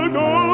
go